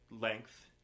length